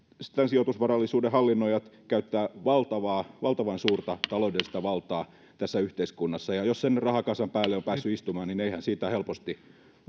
tämän sijoitusvarallisuuden hallinnoijat käyttävät valtavan valtavan suurta taloudellista valtaa tässä yhteiskunnassa ja jos sen rahakasan päälle on päässyt istumaan niin eihän siitä helposti